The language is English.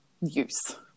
use